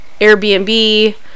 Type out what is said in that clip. Airbnb